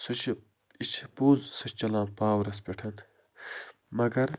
سُہ چھِ یہِ چھِ پوٚز سُہ چھُ چلان پاوَرَس پٮ۪ٹھ مگر